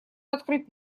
открыть